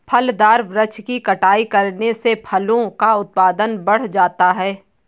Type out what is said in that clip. फलदार वृक्ष की छटाई करने से फलों का उत्पादन बढ़ जाता है